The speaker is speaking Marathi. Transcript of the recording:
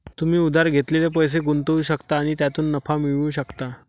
तुम्ही उधार घेतलेले पैसे गुंतवू शकता आणि त्यातून नफा मिळवू शकता